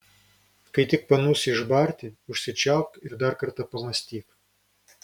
kai tik panūsi išbarti užsičiaupk ir dar kartą pamąstyk